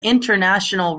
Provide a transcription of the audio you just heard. international